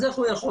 אז איך הוא יכול